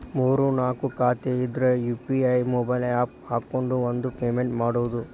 ಮೂರ್ ನಾಕ್ ಖಾತೆ ಇದ್ರ ಯು.ಪಿ.ಐ ಮೊಬೈಲ್ ಆಪ್ ಹಾಕೊಂಡ್ ಒಂದ ಪೇಮೆಂಟ್ ಮಾಡುದು